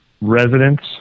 residents